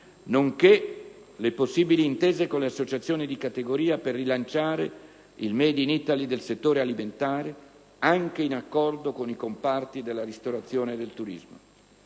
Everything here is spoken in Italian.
nonché le possibili intese con le associazioni di categoria per rilanciare il *Made in Italy* del settore alimentare, anche in accordo con i comparti della ristorazione e del turismo.